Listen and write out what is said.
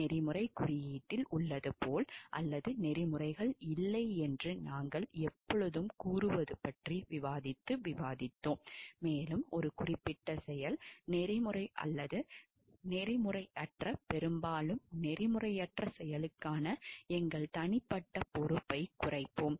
நெறிமுறைக் குறியீட்டில் உள்ளது போல் அல்லது நெறிமுறைகள் இல்லை என்று நாங்கள் எப்போதும் கூறுவது பற்றி விவாதித்து விவாதித்தோம் மேலும் ஒரு குறிப்பிட்ட செயல் நெறிமுறை அல்லது நெறிமுறையற்ற பெரும்பாலும் நெறிமுறையற்ற செயலுக்கான எங்கள் தனிப்பட்ட பொறுப்பைக் குறைப்போம்